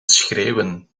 schreeuwen